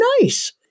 nice